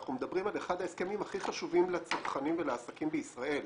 אז אנחנו מדברים על אחד ההסכמים הכי חשובים שלצרכנים ולעסקים בישראל.